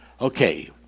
Okay